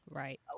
right